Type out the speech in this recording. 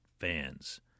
fans